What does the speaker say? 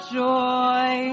joy